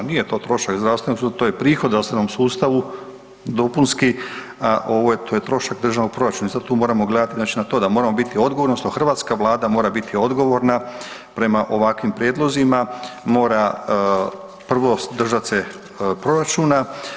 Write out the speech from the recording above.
Nije to trošak zdravstvenog sustava, to je prihod zdravstvenom sustavu, dopunski, to je trošak Državnog proračuna i sad tu moramo gledati znači na to da moramo biti odgovorni, odnosno hrvatska Vlada mora biti odgovorna prema ovakvim prijedlozima, mora prvo držati se proračuna.